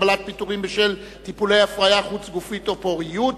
הגבלת פיטורים בשל טיפולי הפריה חוץ-גופית או פוריות),